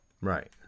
Right